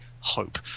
hope